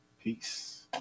Peace